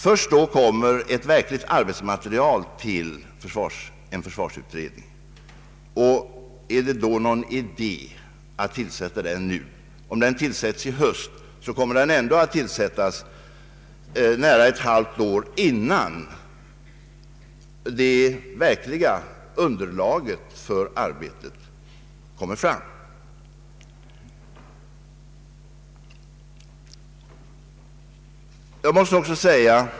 Först då får man ett verkligt arbetsmaterial till en försvarsutredning. Är det då någon idé att tillsätta den nu? Om den tillsätts i höst dröjer det i alla fall ett halvt år innan det verkliga underlaget för arbetet föreligger.